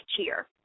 cheer